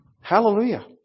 Hallelujah